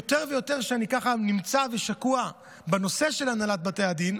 וכשאני ככה יותר ויותר נמצא ושקוע בנושא של הנהלת בתי הדין,